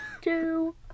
two